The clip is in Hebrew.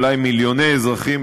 אולי מיליוני אזרחים,